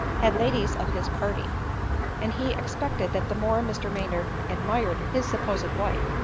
had ladies of his party and he expected that the more mr maynard ad mired his supposed wife,